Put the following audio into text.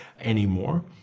anymore